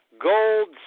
Gold